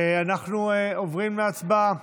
אנחנו עוברים להצבעה.